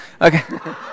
Okay